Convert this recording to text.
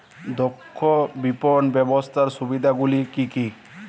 দক্ষ বিপণন ব্যবস্থার সুবিধাগুলি কি কি?